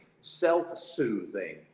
self-soothing